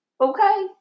Okay